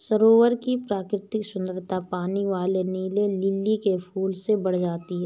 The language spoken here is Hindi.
सरोवर की प्राकृतिक सुंदरता पानी वाले नीले लिली के फूल से बढ़ जाती है